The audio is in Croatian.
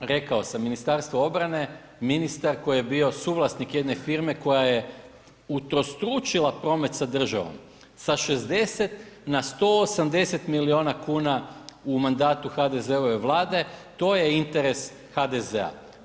Rekao sam Ministarstvo obrane, ministar koji je bio suvlasnik jedne firme koja je utrostručila promet sa državom sa 60 na 180 milijuna kuna u mandatu HDZ-ove Vlade to je interes HDZ-a.